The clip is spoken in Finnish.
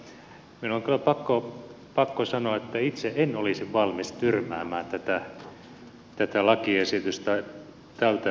mutta minun on kyllä pakko sanoa että itse en olisi valmis tyrmäämän tätä lakiesitystä tältä seisomalta